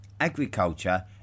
Agriculture